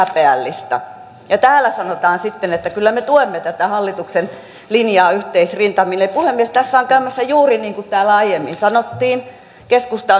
häpeällistä ja täällä sanotaan sitten että kyllä me tuemme tätä hallituksen linjaa yhteisrintamin puhemies tässä on käymässä juuri niin kuin täällä aiemmin sanottiin keskusta